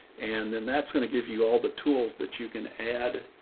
and then that's going to give you all the tools that you can add,